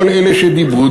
כל אלה שדיברו,